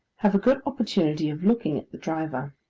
have a good opportunity of looking at the driver.